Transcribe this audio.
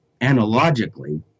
analogically